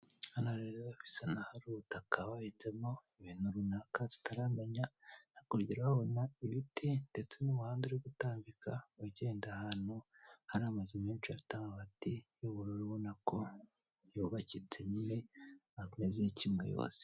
Hano rero bisa naho ari ubutaka bahinzemo ibintu runaka tutaramenya. Hakurya turahabona ibiti, ndetse n'uruhande rwo gutambika, ugenda ahantu hari amazu menshi afite amabati y'ubururu, ubona ko yubakitse nyine, ameze nk'icyuma yose.